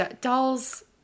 Dolls